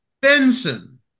Benson